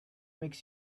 makes